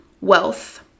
wealth